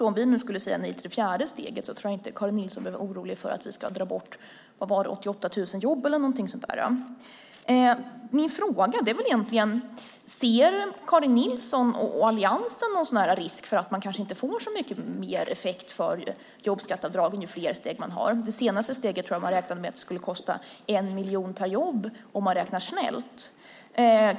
Om vi nu skulle säga nej till det fjärde steget tror jag inte att Karin Nilsson behöver vara orolig för att vi ska dra bort 88 000 jobb eller något liknande. Min fråga är: Ser Karin Nilsson och alliansen någon risk för att man kanske inte får så mycket mer effekt för jobbskatteavdragen ju fler steg som man inför? Jag tror att man räknade med att det senaste steget skulle kosta 1 miljon per jobb om man räknar snällt.